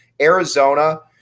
Arizona